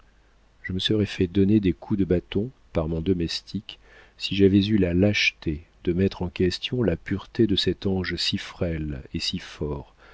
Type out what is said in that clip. je me serais fait donner des coups de bâton par mon domestique si j'avais eu la lâcheté de mettre en question la pureté de cet ange si frêle et si fort